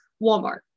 Walmart